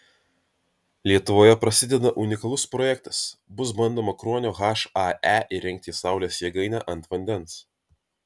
lietuvoje prasideda unikalus projektas bus bandoma kruonio hae įrengti saulės jėgainę ant vandens